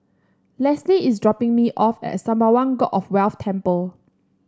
Lesly is dropping me off at Sembawang God of Wealth Temple